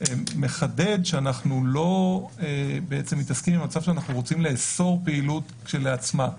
מחדד שאנחנו לא מתעסקים עם מצב שאנחנו רוצים לאסור פעילות כשלעצמה,